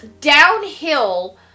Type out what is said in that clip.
downhill